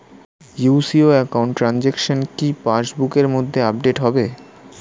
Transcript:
UCO account transaction কি pass বুকের মধ্যে আপডেট হবে?